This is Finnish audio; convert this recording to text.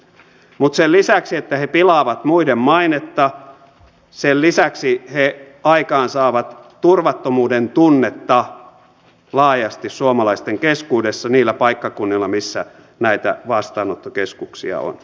sen lisäksi että he pilaavat muiden mainetta he aikaansaavat turvattomuudentunnetta laajasti suomalaisten keskuudessa niillä paikkakunnilla missä näitä vastaanottokeskuksia on